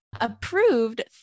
approved